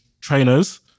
trainers